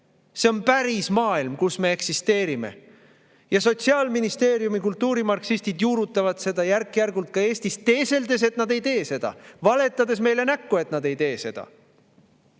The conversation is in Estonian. See on päris maailm, kus me eksisteerime. Ja Sotsiaalministeeriumi kultuurimarksistid juurutavad seda järk-järgult ka Eestis, teeseldes, et nad ei tee seda, valetades meile näkku, et nad ei tee seda.